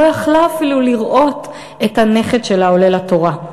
לא הייתה יכולה אפילו לראות את הנכד שלה עולה לתורה,